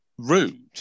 rude